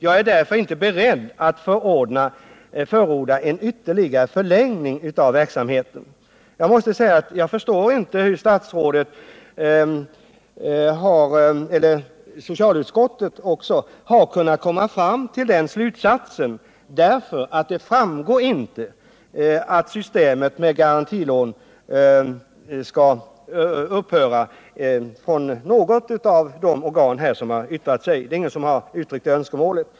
Jag är därför inte beredd att förorda en ytterligare förlängning av verksamheten.” Jag förstår inte hur statsrådet och även socialutskottet har kunnat komma fram till denna slutsats, därför att inget av de organ som har yttrat sig har uttryckt önskemålet att systemet med garantilån skall upphöra.